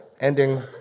ending